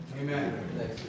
Amen